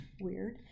weird